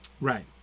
Right